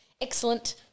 Excellent